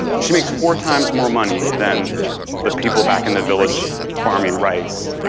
she makes four times more money than the people back in the village, farming rice.